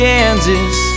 Kansas